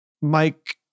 Mike